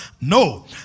No